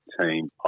team